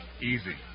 Easy